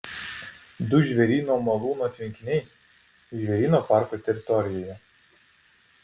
du žvėryno malūno tvenkiniai žvėryno parko teritorijoje